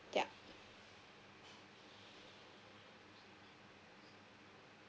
yup